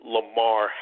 Lamar